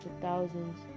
thousands